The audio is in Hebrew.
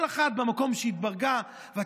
כל אחת במקום שהתברגה בו.